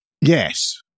Yes